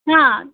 हां